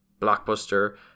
blockbuster